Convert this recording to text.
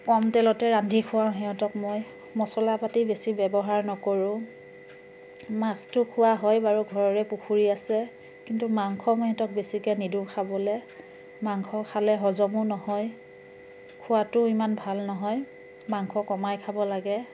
কম তেলতে ৰান্ধি খুৱাওঁ সিহঁতক মই মচলাপাতি বেছি ব্যৱহাৰ নকৰোঁ মাছটো খোৱা হয় বাৰু ঘৰৰে পুখুৰী আছে কিন্তু মাংস মই সিহঁতক বেছিকৈ নিদিওঁ খাবলৈ মাংস খালে হজমো নহয় খোৱাটোও ইমান ভাল নহয় মাংস কমাই খাব লাগে